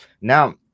now